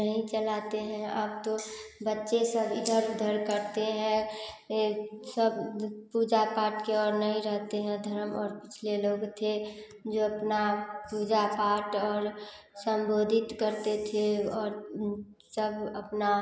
नहीं चलाते हैं अब तो बच्चे सब इधर उधर करते हैं सब पूजा पाठ की ओर नहीं रहते हैं धरम और पिछले लोग थे जो अपना पूजा पाठ और सम्बोधित करते थे और जब अपना